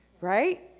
Right